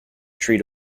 treat